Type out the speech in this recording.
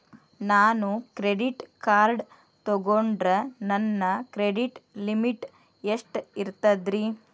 ನಾನು credit card ತೊಗೊಂಡ್ರ ನನ್ನ ಕ್ರೆಡಿಟ್ ಲಿಮಿಟ್ ಎಷ್ಟ ಇರ್ತದ್ರಿ?